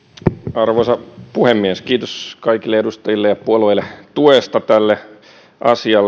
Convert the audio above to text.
arvoisa puhemies kiitos kaikille edustajille ja puolueille tuesta tälle asialle